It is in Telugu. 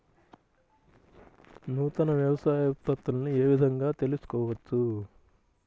నూతన వ్యవసాయ ఉత్పత్తులను ఏ విధంగా తెలుసుకోవచ్చు?